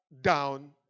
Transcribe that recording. down